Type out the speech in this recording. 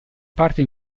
parte